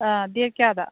ꯑꯥ date ꯀꯌꯥꯗ